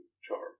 charm